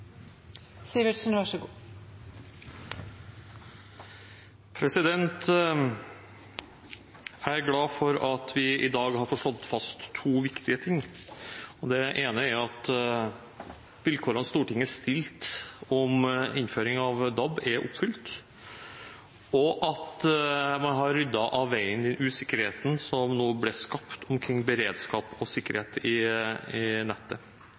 glad for at vi i dag har fått slått fast to viktige ting. Det ene er at vilkårene Stortinget stilte til innføring av DAB, er oppfylt, og at man har ryddet av veien den usikkerheten som ble skapt omkring beredskap og sikkerhet i nettet.